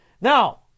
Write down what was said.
Now